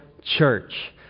church